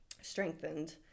strengthened